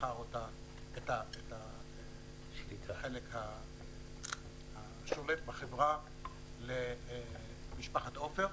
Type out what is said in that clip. מכר את החלק השולט בחברה למשפחת עופר.